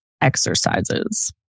exercises